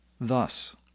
Thus